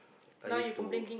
I used to